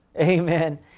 Amen